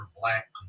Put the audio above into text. black